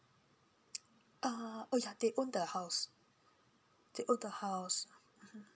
uh oh ya they own the house they owned he house mmhmm